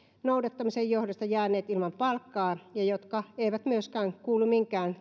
noudattamisen johdosta jääneet ilman palkkaa ja jotka eivät myöskään kuulu minkään